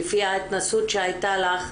שלפי ההתנסות שהייתה לך,